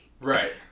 right